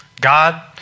God